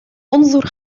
انظر